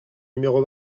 numéro